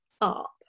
up